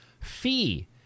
fee